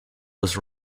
was